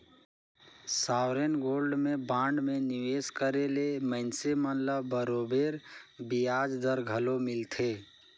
sovereign gold में bond में निवेस करे ले मइनसे मन ल बरोबेर बियाज दर घलो मिलथे